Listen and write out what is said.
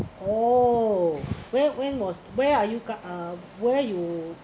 oh where when was where are you cur~ uh where you